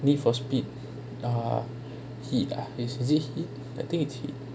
need for speed err heat ah is it heat I think is heat